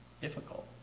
difficult